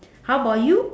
how about you